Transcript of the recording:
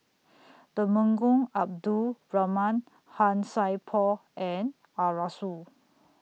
Temenggong Abdul Rahman Han Sai Por and Arasu